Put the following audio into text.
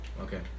Okay